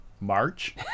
March